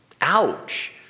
Ouch